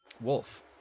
Wolf